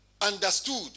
understood